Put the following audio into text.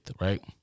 right